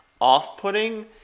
off-putting